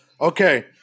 Okay